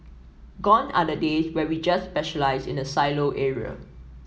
gone are the days where we just specialise in a silo area